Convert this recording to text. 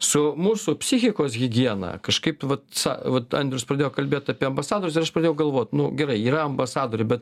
su mūsų psichikos higiena kažkaip vat sa vat andrius pradėjo kalbėt apie ambasadorius ir aš pradėjau galvot nu gerai yra ambasadoriai bet